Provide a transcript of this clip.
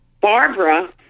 Barbara